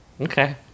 okay